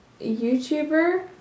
YouTuber